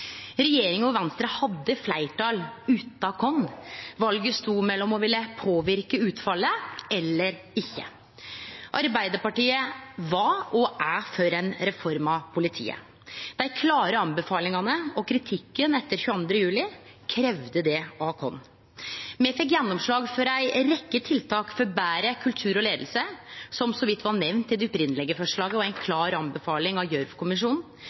Regjeringa og Venstre hadde fleirtal utan oss. Valet stod mellom å ville påverke utfallet eller ikkje. Arbeidarpartiet var og er for ei reform av politiet. Dei klare anbefalingane og kritikken etter 22. juli kravde det av oss. Me fekk gjennomslag for ei rekkje tiltak for betre kultur og leiing, som så vidt var nemnde i det opphavlege forslaget og